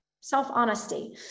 self-honesty